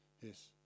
Yes